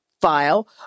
file